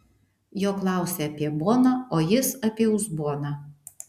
jo klausia apie boną o jis apie uzboną